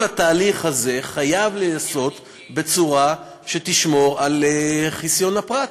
כל התהליך הזה חייב להיעשות בצורה שתשמור על חסיון הפרט.